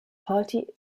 party